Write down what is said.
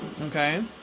Okay